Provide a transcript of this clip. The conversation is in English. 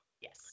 Yes